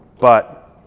but